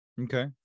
Okay